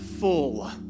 full